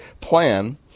plan